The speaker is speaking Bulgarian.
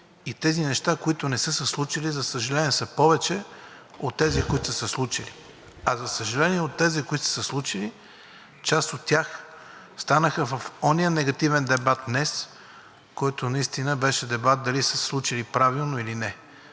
и тези неща, които не са се случили, за съжаление, са повече от тези, които са се случили. А за съжаление, от тези, които са се случили, част от тях останаха в онзи негативен дебат днес, който наистина беше дебат дали са се случили правилно или не.